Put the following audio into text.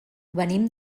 venim